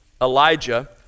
Elijah